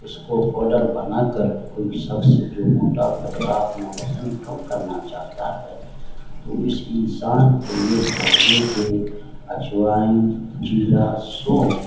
اس کو پاؤڈر بنا کر کوئی شخص جو موٹا تگڑا اپنا وزن کم کرنا چاہتا ہے تو اس انسان کو یہ چاہیے کہ اجوائن زیرا سونف